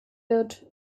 wird